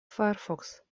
firefox